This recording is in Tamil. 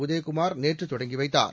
உதயகுமார் நேற்று தொடங்கி வைத்தார்